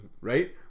right